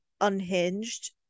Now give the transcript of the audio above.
unhinged